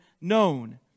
known